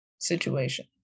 situation